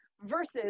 versus